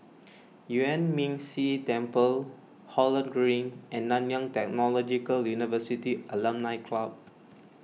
Yuan Ming Si Temple Holland Green and Nanyang Technological University Alumni Club